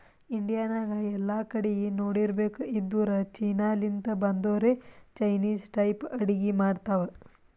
India ನಾಗ್ ಎಲ್ಲಾ ಕಡಿ ನೋಡಿರ್ಬೇಕ್ ಇದ್ದೂರ್ ಚೀನಾ ಲಿಂತ್ ಬಂದೊರೆ ಚೈನಿಸ್ ಟೈಪ್ ಅಡ್ಗಿ ಮಾಡ್ತಾವ್